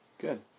Good